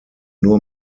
nur